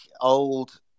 old